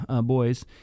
boys